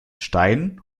stein